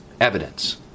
evidence